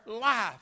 life